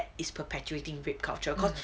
is perpetuating rape culture cause